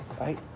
Right